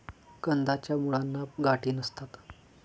कंदाच्या मुळांना गाठी नसतात